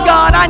God